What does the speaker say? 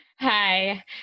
Hi